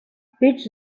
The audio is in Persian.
هیچ